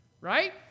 right